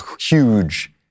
huge